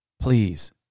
Please